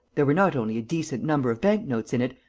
there were not only a decent number of bank-notes in it,